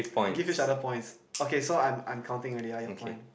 give each other points okay so I'm I'm counting already ah your point